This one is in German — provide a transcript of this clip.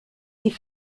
die